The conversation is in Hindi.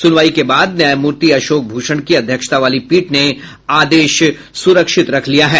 सुनवाई के बाद न्यायमूर्ति अशोक भूषण की अध्यक्षता वाली पीठ ने आदेश सुरक्षित रख लिया है